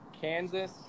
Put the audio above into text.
Kansas